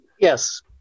Yes